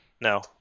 No